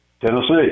Tennessee